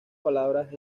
palabras